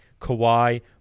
Kawhi